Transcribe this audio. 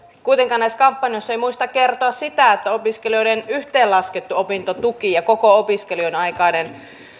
kuitenkaan näissä kampanjoissa ei muisteta kertoa sitä että opiskelijoiden yhteenlaskettu opintotuki ja koko opiskelujen aikainen